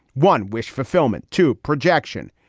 one, wish fulfillment to projection.